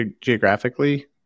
geographically